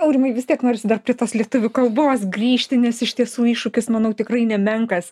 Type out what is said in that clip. aurimai vis tiek norisi dar prie tos lietuvių kalbos grįžti nes iš tiesų iššūkis manau tikrai nemenkas